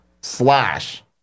slash